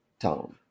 town